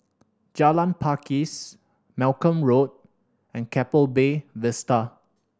Jalan Pakis Malcolm Road and Keppel Bay Vista